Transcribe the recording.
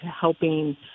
helping